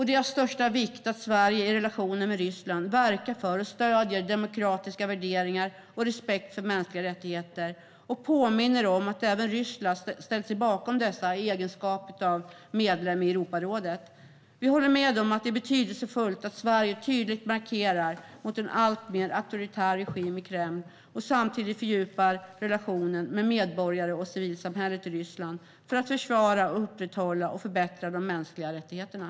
Det är av största vikt att Sverige i relationerna med Ryssland verkar för och stöder demokratiska värderingar och respekt för mänskliga rättigheter och påminner om att även Ryssland har ställt sig bakom dessa i egenskap av medlem i Europarådet. Vi håller med om att det är betydelsefullt att Sverige tydligt markerar mot en alltmer auktoritär regim i Kreml och samtidigt fördjupar relationen med medborgarna och civilsamhället i Ryssland för att försvara, upprätthålla och förbättra de mänskliga rättigheterna.